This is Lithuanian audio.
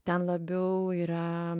ten labiau yra